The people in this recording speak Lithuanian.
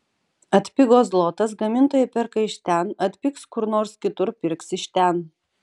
atpigo zlotas gamintojai perka iš ten atpigs kur nors kitur pirks iš ten